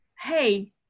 hey